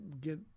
get